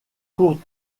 court